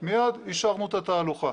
מיד אישרנו את התהלוכה.